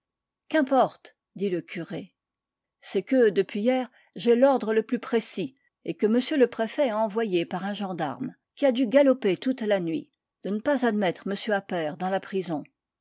qu'importe dit le curé c'est que depuis hier j'ai l'ordre le plus précis et que m le préfet a envoyé par un gendarme qui a dû galoper toute la nuit de ne pas admettre m appert dans la prison